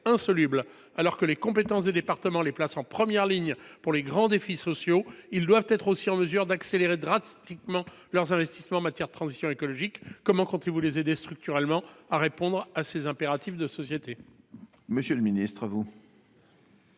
insoluble. Alors qu’en raison de leurs compétences les départements sont en première ligne pour affronter les grands défis sociaux de notre époque, ils doivent aussi être en mesure d’accélérer drastiquement leurs investissements en matière de transition écologique. Comment comptez vous les aider structurellement à répondre à ces impératifs de société ?